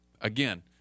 Again